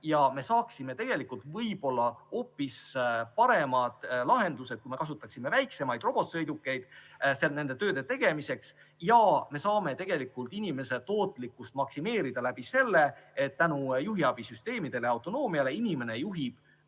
me saaksime võib-olla hoopis paremad lahendused, kui kasutaksime väiksemaid robotsõidukeid nende tööde tegemiseks. Me saame tegelikult inimese tootlikkust maksimeerida selle kaudu, et tänu juhiabisüsteemidele, autonoomiale juhib